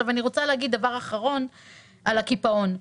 אני רוצה לומר דבר אחרון לגבי הקיפאון.